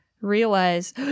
realize